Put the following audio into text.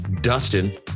Dustin